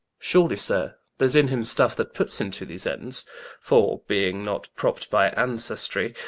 surely sir, there's in him stuffe, that put's him to these ends for being not propt by auncestry,